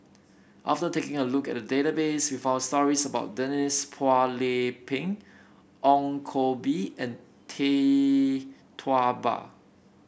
after taking a look at the database we found stories about Denise Phua Lay Peng Ong Koh Bee and Tee Tua Ba